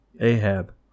Ahab